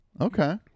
Okay